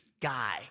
guy